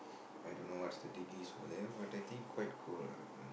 I don't know what's the degrees over there but I think quite cold ah